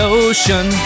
ocean